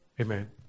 Amen